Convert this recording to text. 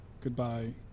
Goodbye